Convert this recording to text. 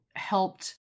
Helped